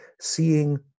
seeing